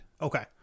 Okay